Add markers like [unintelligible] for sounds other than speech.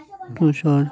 [unintelligible]